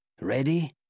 Ready